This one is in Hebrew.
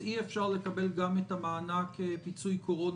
אי אפשר לקבל גם את מענק פיצוי קורונה,